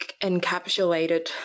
encapsulated